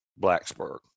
Blacksburg